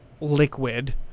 liquid